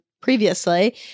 previously